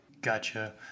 gotcha